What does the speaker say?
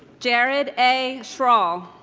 jared a. schroll